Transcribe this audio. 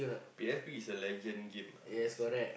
P_S_P is a legend game ah I would say